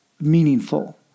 meaningful